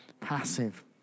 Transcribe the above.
passive